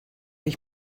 ich